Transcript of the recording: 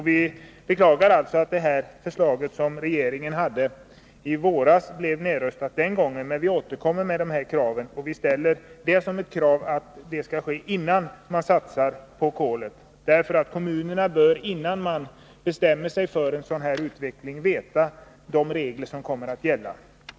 Vi beklagar att det förslag som regeringen hade i våras blev nedröstat den gången, men vi ställer nu kravet att det skall införas regler för användningen innan man satsar på kolet. Kommunerna bör innan man bestämmer sig för en sådan här utveckling veta vilka bestämmelser som kommer att gälla.